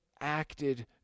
acted